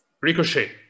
Ricochet